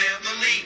Family